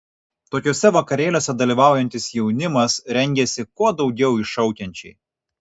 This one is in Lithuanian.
tokiuose vakarėliuose dalyvaujantis jaunimas rengiasi kuo daugiau iššaukiančiai